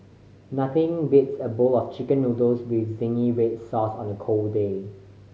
nothing beats a bowl of Chicken Noodles with zingy red sauce on a cold day